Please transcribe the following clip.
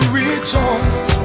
rejoice